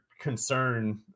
concern